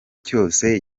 cyose